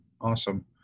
Awesome